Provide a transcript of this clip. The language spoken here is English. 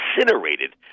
incinerated